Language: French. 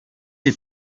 les